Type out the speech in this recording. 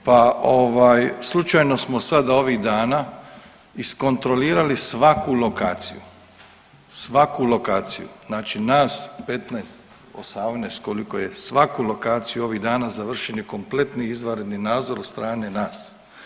E, pa ovaj slučajno smo sad ovih dana iskontrolirali svaku lokaciju, svaku lokaciju znači nas 15, 18 koliko je svaku lokaciju ovih dana, završen je kompletni izvanredni nadzor od strane nas.